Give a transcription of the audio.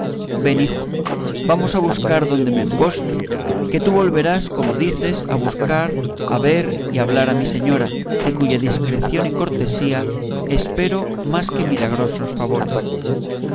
ven hijo y vamos a buscar donde me embosque que tú volverás como dices a buscar a ver y hablar a mi señora de cuya discreción y cortesía espero más que milagrosos favores